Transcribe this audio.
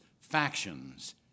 factions